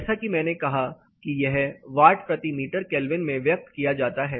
जैसा कि मैंने कहा कि यह वाट प्रति मीटर केल्विन में व्यक्त किया जाता है